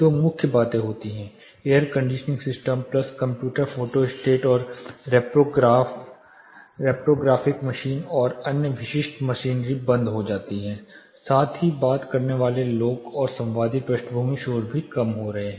दो मुख्य बातें होती हैं air conditioning system plus computer photostat और रिप्रोग्राफिक मशीन और अन्य विशिष्ट मशीनरी बंद हो जाती हैं साथ ही बात करने वाले लोग और संवादी पृष्ठभूमि शोर भी कम हो रहे हैं